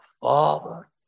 Father